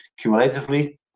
cumulatively